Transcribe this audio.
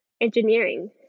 engineering